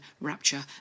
rapture